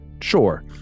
sure